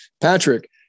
Patrick